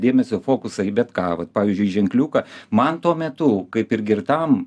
dėmesio fokusą į bet ką vat pavyzdžiui į ženkliuką man tuo metu kaip ir girtam